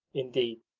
indeed,